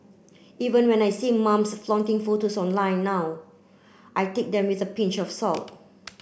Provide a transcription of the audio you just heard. even when I see mums flaunting photos online now I take them with a pinch of salt